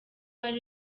ari